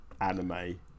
anime